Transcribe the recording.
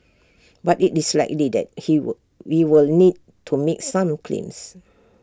but IT is likely that he will we will need to make some claims